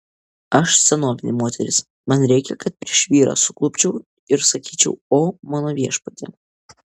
aš senovinė moteris man reikia kad prieš vyrą suklupčiau ir sakyčiau o mano viešpatie